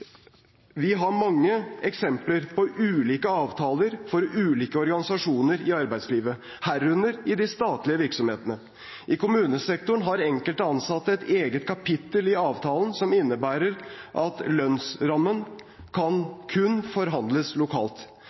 Vi har mange eksempler på ulike avtaler for ulike organisasjoner i arbeidslivet, herunder i de statlige virksomhetene. I kommunesektoren har enkelte ansatte et eget kapittel i avtalen som innebærer at lønnsrammen kun kan forhandles lokalt.